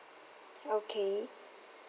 okay